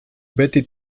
beti